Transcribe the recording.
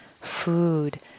food